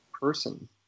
person